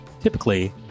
typically